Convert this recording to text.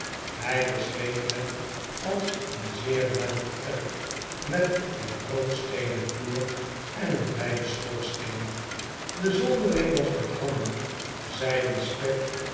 hij beschrijft het als een zeer ruim vertrek met een roodsteenen vloer en een wij den schoorsteen de zoldering was met hammen zij den spek